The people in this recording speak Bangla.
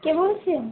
কে বলছেন